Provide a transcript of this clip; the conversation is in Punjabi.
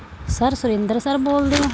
ਸਰ ਸੁਰਿੰਦਰ ਸਰ ਬੋਲਦੇ ਹੋ